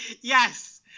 yes